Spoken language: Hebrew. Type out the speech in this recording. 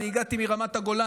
אני הגעתי מרמת הגולן.